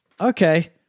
Okay